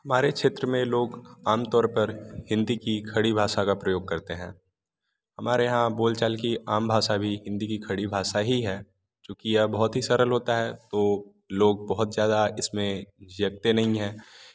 हमारे क्षेत्र में लोग आमतौर पर हिंदी की खड़ी भाषा का प्रयोग करते हैं हमारे यहाँ बोल चाल की आम भाषा भी हिंदी की खड़ी भाषा ही है यह बहुत ही सरल होता है तो लोग बहुत ज़्यादा इसमें झिझकते नहीं हैं